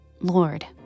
Lord